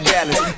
Dallas